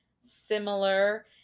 similar